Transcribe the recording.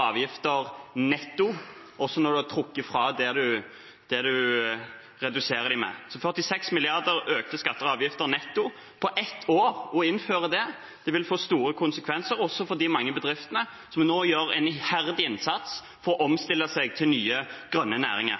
avgifter netto, også når en har trukket fra det en reduserer det med. Å innføre 46 mrd. kr i økte skatter og avgifter netto, på ett år, vil få store konsekvenser også for de mange bedriftene som nå gjør en iherdig innsats for å omstille seg til nye, grønne næringer.